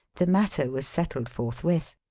the matter was settled forthwith.